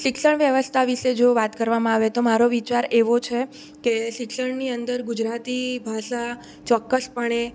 શિક્ષણ વ્યવસ્થા વિશે જો વાત કરવામાં આવે તો મારો વિચાર એવો છે કે શિક્ષણની અંદર ગુજરાતી ભાષા ચોક્કસપણે